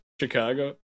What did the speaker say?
Chicago